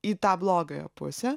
į tą blogąją pusę